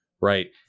right